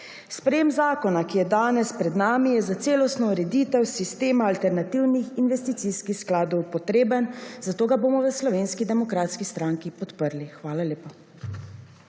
Sprejem zakona, ki je danes pred nami, je za celostno ureditev sistema alternativnih investicijskih skladov potreben, zato ga bomo v Slovenski demokratski stranki podprli. Hvala lepa.